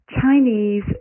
Chinese